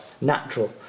natural